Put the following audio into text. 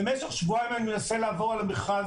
במשך שבועיים אני מנסה לעבור על המכרז